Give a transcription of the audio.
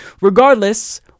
regardless